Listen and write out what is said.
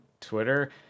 Twitter